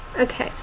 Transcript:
okay